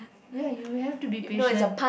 ya you have to be patient